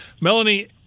Melanie